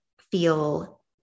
feel